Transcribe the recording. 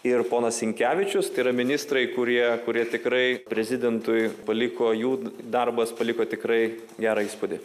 ir ponas sinkevičius tai yra ministrai kurie kurie tikrai prezidentui paliko jų darbas paliko tikrai gerą įspūdį